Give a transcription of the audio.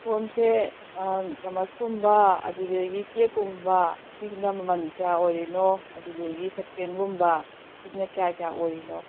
ꯀꯣꯟꯁꯦ ꯆꯥꯃꯁꯀꯨꯝꯕ ꯑꯗꯨꯗꯒꯤ ꯇꯦꯛꯀꯨꯝꯕ ꯁꯤꯁꯤꯅ ꯃꯃꯟ ꯀꯌꯥ ꯑꯣꯏꯔꯤꯅꯣ ꯑꯗꯨꯗꯒꯤ ꯁꯁꯄꯦꯟꯒꯨꯝꯕ ꯁꯤꯁꯤꯅ ꯀꯌꯥ ꯀꯌꯥ ꯑꯣꯏꯔꯤꯅꯣ